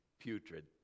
putrid